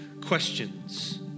questions